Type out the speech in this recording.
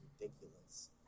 ridiculous